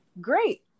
Great